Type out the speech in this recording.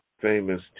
Famous